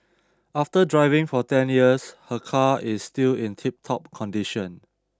after driving for ten years her car is still in tiptop condition